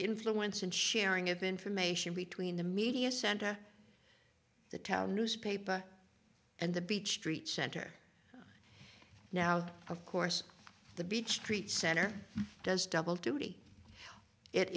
influence and sharing of information between the media center the town newspaper and the beach street center now of course the beach street center does double duty it